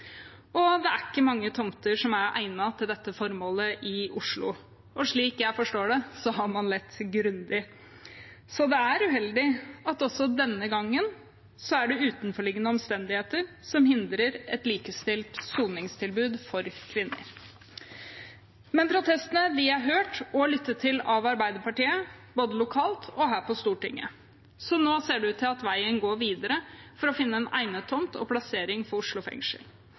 Det er ikke mange tomter som er egnet til dette formålet i Oslo, og slik jeg forstår det, har man lett grundig. Det er uheldig at det også denne gangen er utenforliggende omstendigheter som hindrer et likestilt soningstilbud for kvinner. Men protestene er hørt og lyttet til av Arbeiderpartiet, både lokalt og her på Stortinget, så nå ser det ut til at veien går videre for å finne en egnet tomt og plassering av Oslo fengsel.